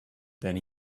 then